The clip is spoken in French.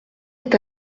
est